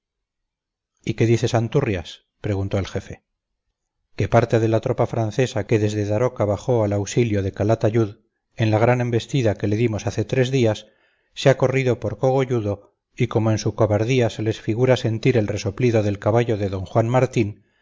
y qué dice santurrias preguntó el jefe que parte de la tropa francesa que desde daroca bajó al auxilio de calatayud en la gran embestida que le dimos hace tres días se ha corrido por cogolludo y como en su cobardía se les figura sentir el resoplido del caballo de d juan martín